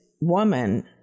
woman